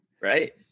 right